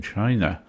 China